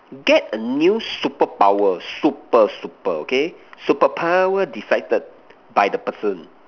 get a new superpower super super okay superpower decided by the person